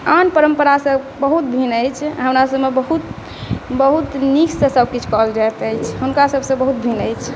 आन परम्परासँ बहुत भिन्न अछि हमरासबमे बहुत बहुत नीकसँ सबकिछु करल जाइत अछि हुनकासबसँ बहुत भिन्न अछि